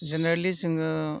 generally जोङो